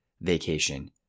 vacation